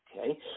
Okay